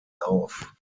lauf